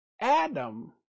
Adam